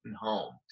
home